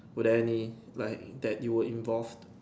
would any like that you were involved